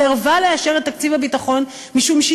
סירבה לאשר את תקציב הביטחון משום שהיא